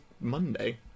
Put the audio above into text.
Monday